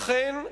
אכן,